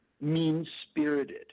Mean-spirited